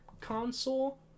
console